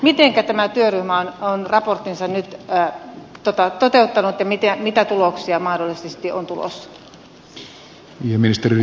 mitenkä tämä työryhmä on raporttinsa nyt toteuttanut ja mitä tuloksia mahdollisesti on tulossa